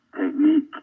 technique